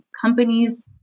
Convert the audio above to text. companies